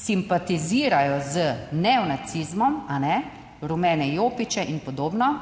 simpatizirajo z neonacizmom rumene jopiče in podobno,